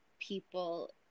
people